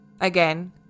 Again